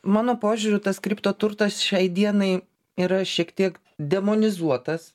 mano požiūriu tas kriptoturtas šiai dienai yra šiek tiek demonizuotas